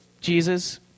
Jesus